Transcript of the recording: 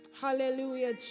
Hallelujah